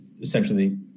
essentially